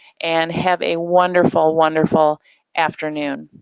and have a wonderful wonderful afternoon.